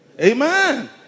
Amen